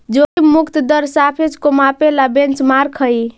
जोखिम मुक्त दर सापेक्ष को मापे ला बेंचमार्क हई